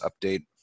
update